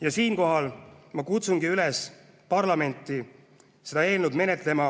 Ja siinkohal ma kutsungi üles parlamenti seda eelnõu menetlema